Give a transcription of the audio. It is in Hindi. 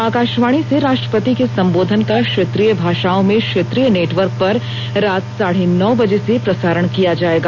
आकाशवाणी से राष्ट्रपति के संबोधन का क्षेत्रीय भाषाओं में क्षेत्रीय नेटवर्क पर रात साढ़े नौ बजे से प्रसारण किया जायेगा